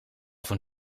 van